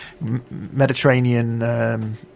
Mediterranean